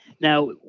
Now